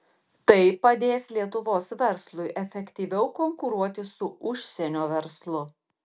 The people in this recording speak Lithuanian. tai padės lietuvos verslui efektyviau konkuruoti su užsienio verslu